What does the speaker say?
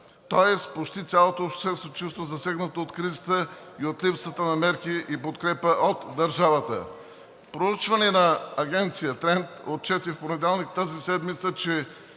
тоест почти цялото общество се чувства засегнато от кризата и от липсата на мерки и подкрепа от държавата. Проучване на Агенция „Тренд“ отчете в понеделник тази седмица, че